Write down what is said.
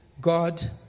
God